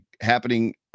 happening